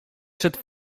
szedł